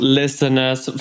listeners